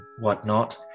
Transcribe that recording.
whatnot